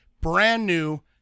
brand-new